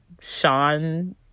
sean